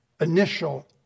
initial